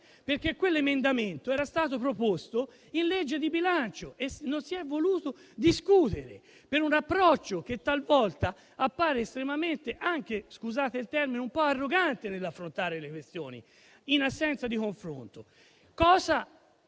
Quell'emendamento era stato proposto in legge di bilancio e non se ne è voluto discutere, per un approccio che talvolta appare estremamente arrogante - scusate il termine - nell'affrontare le questioni, in assenza di confronto. Cosa